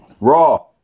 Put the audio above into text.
Raw